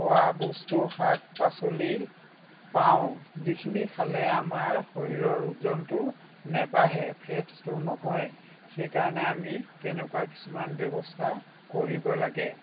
খোৱা বস্তু শাক পাচলি পাওঁ যিখিনি খালে আমাৰ শৰীৰৰ ওজনটো নাবাঢ়ে ফেটছটো নহয় সেইকাৰণে আমি তেনেকুৱা কিছুমান ব্যৱস্থা কৰিব লাগে